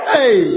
Hey